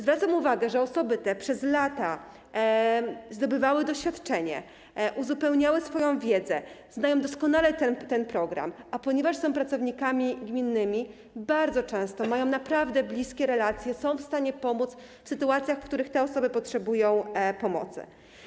Zwracam uwagę na to, że osoby te przez lata zdobywały doświadczenie, uzupełniały swoją wiedzę, doskonale znają ten program, a ponieważ są pracownikami gminnymi, bardzo często mają naprawdę bliskie relacje, są w stanie pomóc w sytuacjach, w których inne osoby potrzebują pomocy.